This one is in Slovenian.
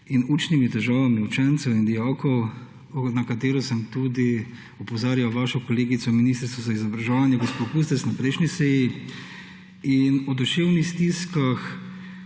in učnimi težavami učencev in dijakov, na katero sem tudi opozarjal vašo kolegico ministrico za izobraževanje gospo Kustec na prejšnji seji. In o duševnih stiskah